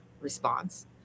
response